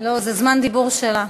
לא, זה זמן דיבור שלה.